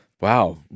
Wow